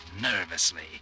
nervously